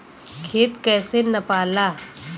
खेत कैसे नपाला?